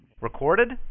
Recorded